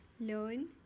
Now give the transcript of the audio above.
learn